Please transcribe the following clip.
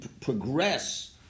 progress